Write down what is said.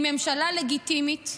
עם ממשלה לגיטימית,